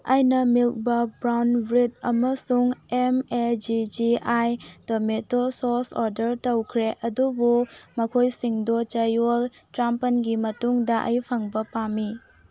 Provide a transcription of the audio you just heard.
ꯑꯩꯅ ꯃꯤꯜꯀ ꯕ brown bread ꯑꯃꯁꯨꯡ M A G G I tomato sauce order ꯇꯧꯈ꯭ꯔꯦ ꯑꯗꯨꯕꯨ ꯃꯈꯣꯏꯁꯤꯡꯗꯣ ꯆꯌꯣꯜ ꯇꯔꯥꯃꯥꯄꯜꯒꯤ ꯃꯇꯨꯡꯗ ꯑꯩ ꯐꯪꯕ ꯄꯥꯝꯃꯤ